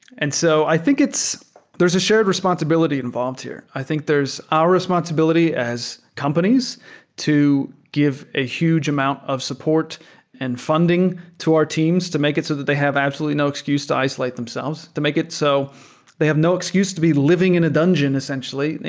and so i think there's a shared responsibility involved here. i think there's our responsibility as companies to give a huge amount of support and funding to our teams to make it so that they have absolutely no excuse to isolate themselves. to make it so they have no excuse to be living in a dungeon essentially.